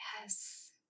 Yes